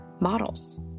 Models